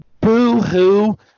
boo-hoo